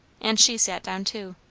and she sat down too.